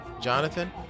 Jonathan